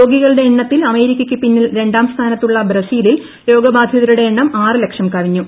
രോഗികളുടെ എണ്ണത്തിൽ അമേരിക്കയ്ക്ക് പിന്നിൽ രണ്ടാം സ്ഥാനത്തുള്ള ബ്രസീലിൽ രോഗബാധിതരുടെ എണ്ണം ആറ് ലക്ഷം കവിഞ്ഞു